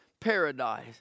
Paradise